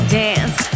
dance